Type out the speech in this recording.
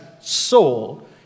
soul